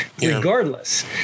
regardless